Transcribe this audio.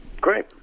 Great